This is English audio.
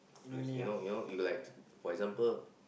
you you know you know you likes for example